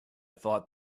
thought